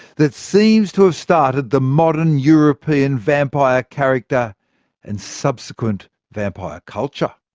that seems to have started the modern european vampire character and subsequent vampire culture.